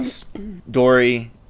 Dory